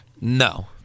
No